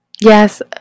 Yes